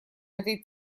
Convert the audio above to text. этой